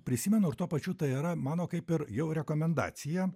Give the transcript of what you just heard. prisimenu ir tuo pačiu tai yra mano kaip ir jau rekomendacija